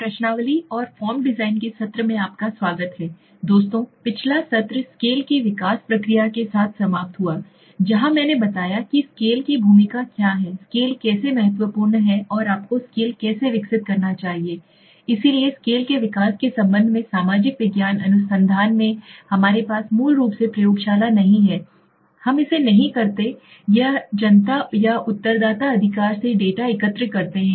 प्रश्नावली और form design के सत्र में आपका स्वागत है दोस्तों पिछला सत्र स्केल की विकास प्रक्रिया के साथ समाप्त हुआ जहां मैंने बताया कि स्केल की भूमिका क्या है स्केल कैसे महत्वपूर्ण है और आपको स्केल कैसे विकसित करना चाहिए इसलिए स्केल के विकास के संबंध में सामाजिक विज्ञान अनुसंधान में हमारे पास मूल रूप से प्रयोगशाला नहीं है हम इसे नहीं करते हैं हम जनता या उत्तरदाता अधिकार से डेटा एकत्र करते हैं